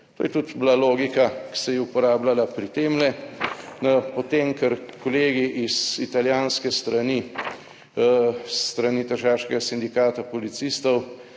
To je tudi bila logika, ki se je uporabljala pri temle potem. Kar kolegi iz italijanske strani, s strani tržaškega sindikata policistov